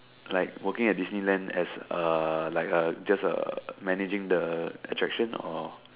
like working at Disneyland as a like a just a managing the attraction or